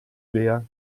wer